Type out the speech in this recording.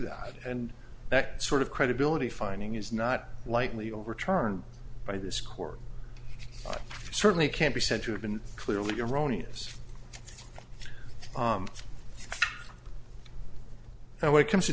that and that sort of credibility finding is not likely overturned by this court certainly can be said to have been clearly erroneous and when it comes to